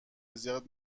زیاد